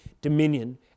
dominion